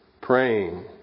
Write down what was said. praying